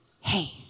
Hey